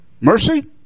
mercy